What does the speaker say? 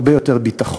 הרבה יותר ביטחון,